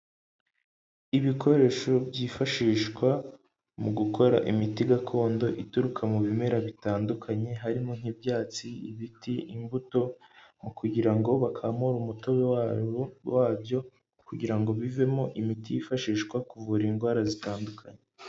Ibikoresho byifashishwa mu gukora imiti gakondo ituruka mu bimera bitandukanye, harimo nk'ibyatsi, ibiti, imbuto, mu kugira ngo bakamure umutobe wabyo, kugira ngo bivemo imiti yifashishwa kuvura indwara zitandukanye.